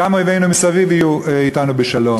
גם אויבינו מסביב יהיו אתנו בשלום.